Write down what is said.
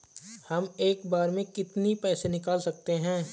हम एक बार में कितनी पैसे निकाल सकते हैं?